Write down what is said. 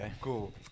Cool